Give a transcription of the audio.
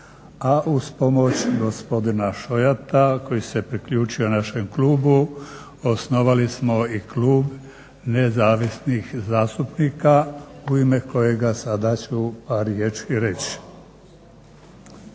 a uz pomoć gospodina Šojata koji se priključio našem klubu osnovali smo i Klub nezavisnih zastupnika u ime kojega sada ću par riječi reći.